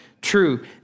true